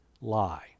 lie